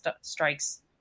strikes